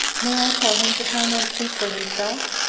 may i tell him to come and plead for himself?